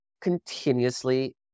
continuously